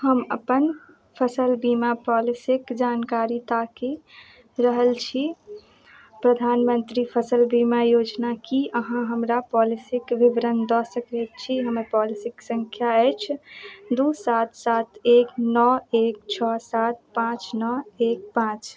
हम अप्पन फसिल बीमा पॉलिसीके जानकारी ताकि रहल छी प्रधानमन्त्री फसिल बीमा योजना कि अहाँ हमरा पॉलिसीके विवरण दऽ सकै छी हमर पॉलिसीके सँख्या अछि दुइ सात सात एक नओ एक छओ सात पाँच नओ एक पाँच